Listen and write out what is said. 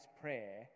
prayer